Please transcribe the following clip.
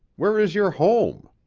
where is your home?